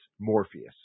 Morpheus